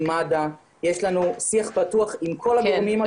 עם מד"א, יש לנו שיח פתוח עם כל הגורמים.